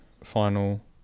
final